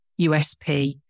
USP